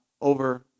over